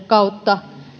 kautta